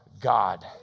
God